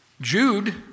Jude